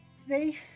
Today